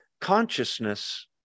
consciousness